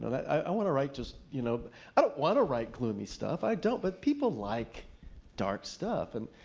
i want to write just, you know i don't want to write gloomy stuff. i don't. but people like dark stuff. and